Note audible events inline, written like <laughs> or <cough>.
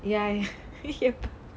ya <laughs>